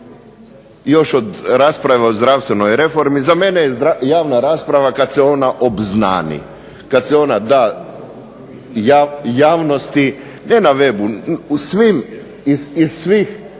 Još od rasprave o zdravstvenoj reformi za mene je javna rasprava kad se ona obznani, kad se ona da javnosti. Ne na webu, u svim, iz svih